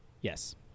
Yes